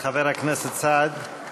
לחבר הכנסת סעד.